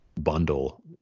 bundle